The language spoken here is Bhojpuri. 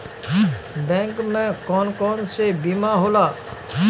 बैंक में कौन कौन से बीमा होला?